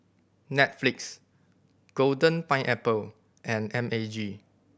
Netflix Golden Pineapple and M A G